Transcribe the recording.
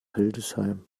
hildesheim